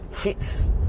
hits